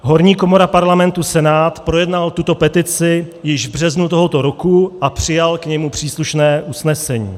Horní komora Parlamentu Senát projednal tuto petici již v březnu tohoto roku a přijal k němu příslušné usnesení.